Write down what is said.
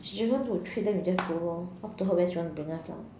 she just want to treat then we just go lor up to her where she want bring us lah